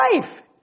life